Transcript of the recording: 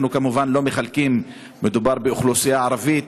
אנחנו כמובן לא מחלקים, מדובר באוכלוסייה ערבית,